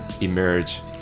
emerge